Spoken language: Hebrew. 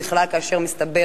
ובכלל כשמסתבר